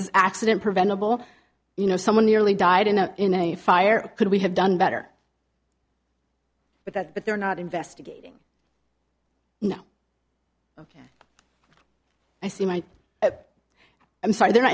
this accident preventable you know someone nearly died in a in a fire could we have done better with that but they're not investigating you know i see my i'm sorry they're